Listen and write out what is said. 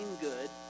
good